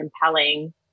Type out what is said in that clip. compelling